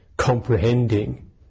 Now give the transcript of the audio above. Comprehending